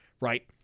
right